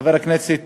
חבר הכנסת